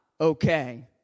okay